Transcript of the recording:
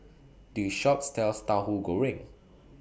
This Shop sells Tauhu Goreng